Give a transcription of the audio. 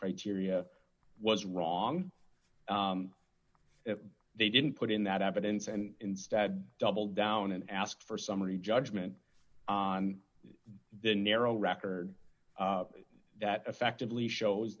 criteria was wrong they didn't put in that evidence and instead double down and ask for summary judgment on the narrow record that effectively shows